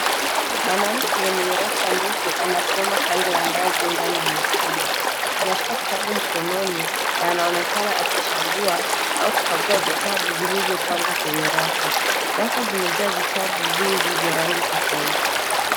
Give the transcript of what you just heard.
Mwanamke mwenye rasta ndefu amesimama kando ya ngazi maktaba. Anashika kitabu mkononi na anaonekana akachagua au kukagua vitabu vilivyo pangwa kwenye rafu. Rafu zimejaa vitabu vingi vya rangi tofauti.